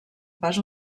pas